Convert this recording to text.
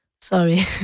Sorry